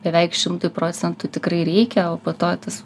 beveik šimtui procentų tikrai reikia o po to tas